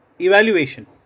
evaluation